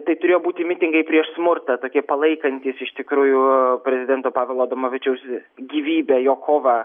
tai turėjo būti mitingai prieš smurtą tokie palaikantys iš tikrųjų prezidento pavelo adamovičiaus gyvybę jo kovą